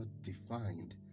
defined